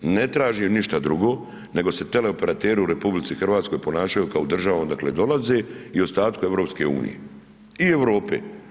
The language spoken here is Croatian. Ne tražim ništa drugo nego se teleoperateri u RH ponašaju kao država odakle dolaze i ostatku EU-a i Europe.